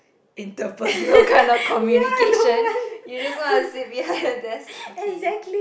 in the personal kind of communication you don't go and see behind of that okay